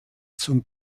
zum